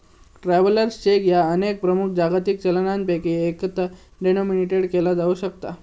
travellers cheque ह्या अनेक प्रमुख जागतिक चलनांपैकी एकात डिनोमिनेटेड केला जाऊ शकता